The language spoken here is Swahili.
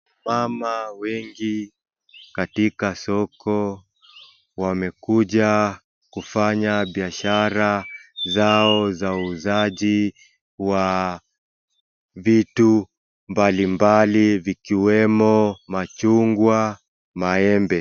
Mama wengi katika soko wamekuja kufanya biashara zao za uuzaji wa vitu mbalimbali vikiwemo machungwa, maembe.